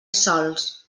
sols